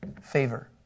favor